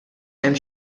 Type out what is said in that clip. hemm